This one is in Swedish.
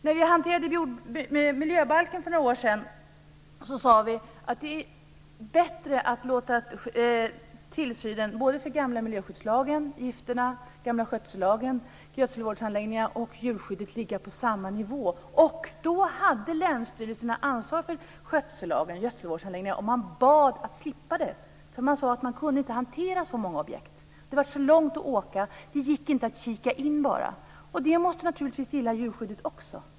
När vi hanterade miljöbalken för några år sedan sade vi att det är bättre att låta tillsynen för både den gamla miljöskyddslagen, gifterna, den gamla skötsellagen, gödselvårdsanläggningarna och djurskyddet ligga på samma nivå. Då hade länsstyrelserna ansvaret för skötsellagen och gödselvårdsanläggingarna, och man bad att få slippa det. Man sade att man inte kunde hantera så många objekt. Det blev så långt att åka och det gick inte att bara kika in. Det måste naturligtvis gälla djurskyddet också.